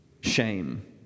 shame